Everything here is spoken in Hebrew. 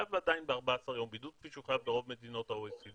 חייב עדין ב-14 יום בידוד כפי שהוא חייב ברוב מדינות ה-OECD.